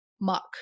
muck